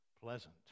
pleasant